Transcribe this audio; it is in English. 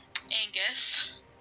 Angus